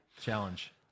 Challenge